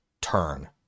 turn